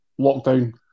lockdown